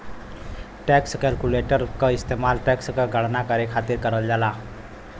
tax calculator क इस्तेमाल tax क गणना करे खातिर करल जाला